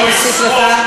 אני אוסיף לך.